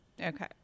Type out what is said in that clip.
okay